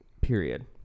Period